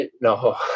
no